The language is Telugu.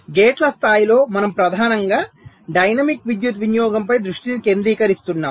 గేట్ల స్థాయిలో మనము ప్రధానంగా డైనమిక్ విద్యుత్ వినియోగం పై దృష్టిని కేంద్రీకరిస్తున్నాము